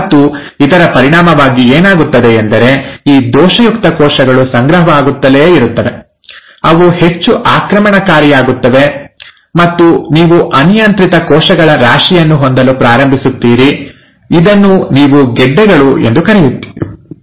ಮತ್ತು ಇದರ ಪರಿಣಾಮವಾಗಿ ಏನಾಗುತ್ತದೆ ಎಂದರೆ ಈ ದೋಷಯುಕ್ತ ಕೋಶಗಳು ಸಂಗ್ರಹವಾಗುತ್ತಲೇ ಇರುತ್ತವೆ ಅವು ಹೆಚ್ಚು ಆಕ್ರಮಣಕಾರಿಯಾಗುತ್ತವೆ ಮತ್ತು ನೀವು ಅನಿಯಂತ್ರಿತ ಕೋಶಗಳ ರಾಶಿಯನ್ನು ಹೊಂದಲು ಪ್ರಾರಂಭಿಸುತ್ತೀರಿ ಇದನ್ನು ನೀವು ಗೆಡ್ಡೆಗಳು ಎಂದು ಕರೆಯುತ್ತೀರಿ